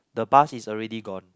the bus is already gone